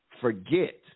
forget